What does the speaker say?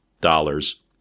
dollars